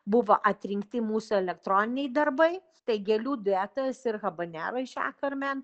buvo atrinkti mūsų elektroniniai darbai tai gėlių duetas ir habanera iš ekarmen